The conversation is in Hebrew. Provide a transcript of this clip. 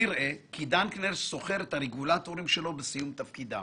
נראה כי דנקנר שוכר את הרגולטורים שלו בסיום תפקידם